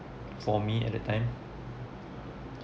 for me at that time